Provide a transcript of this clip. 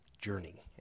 journey